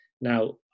Now